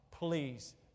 Please